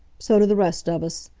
so do the rest of us.